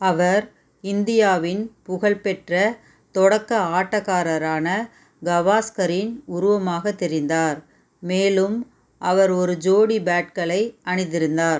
அவர் இந்தியாவின் புகழ்பெற்ற தொடக்க ஆட்டக்காரரான கவாஸ்கரின் உருவமாகத் தெரிந்தார் மேலும் அவர் ஒரு ஜோடி பேட்களை அணிந்திருந்தார்